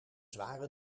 zware